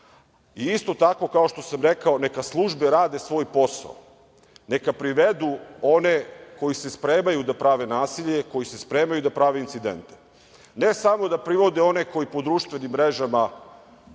tako, kao što sam rekao, neka službe rade svoj posao, neka privedu one koji se spremaju da prave nasilje, koji se spremaju da prave incidente. Ne samo da privode one koji po društvenim mrežama